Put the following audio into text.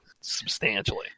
substantially